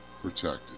protected